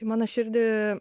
mano širdį